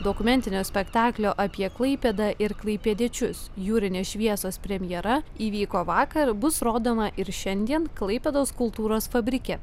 dokumentinio spektaklio apie klaipėdą ir klaipėdiečius jūrinės šviesos premjera įvyko vakar bus rodoma ir šiandien klaipėdos kultūros fabrike